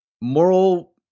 moral